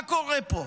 מה קורה פה?